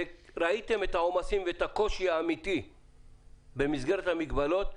וראיתם את העומסים ואת הקושי האמיתי במסגרת המגבלות,